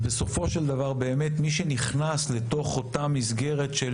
בסופו של דבר באמת מי שנכנס לתוך אותה מסגרת של